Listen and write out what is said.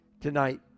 tonight